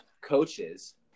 coaches